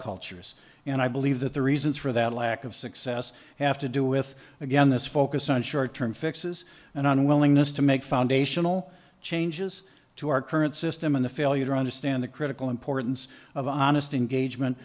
cultures and i believe that the reasons for that lack of success have to do with again this focus on short term fixes and unwillingness to make foundational changes to our current system and the failure to understand the critical importance of honest engagement